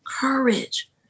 courage